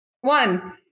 One